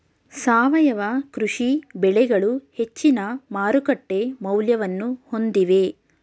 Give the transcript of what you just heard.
ಸಾವಯವ ಕೃಷಿ ಬೆಳೆಗಳು ಹೆಚ್ಚಿನ ಮಾರುಕಟ್ಟೆ ಮೌಲ್ಯವನ್ನು ಹೊಂದಿವೆ